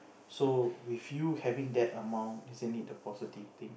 so with you having that amount isn't it a positive thing